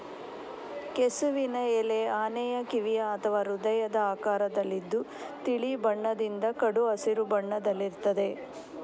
ಕೆಸುವಿನ ಎಲೆ ಆನೆಯ ಕಿವಿಯ ಅಥವಾ ಹೃದಯದ ಆಕಾರದಲ್ಲಿದ್ದು ತಿಳಿ ಬಣ್ಣದಿಂದ ಕಡು ಹಸಿರು ಬಣ್ಣದಲ್ಲಿರ್ತದೆ